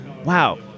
Wow